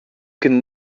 can